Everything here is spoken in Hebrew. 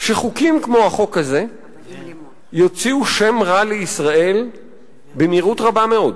שחוקים כמו החוק הזה יוציאו שם רע לישראל במהירות רבה מאוד.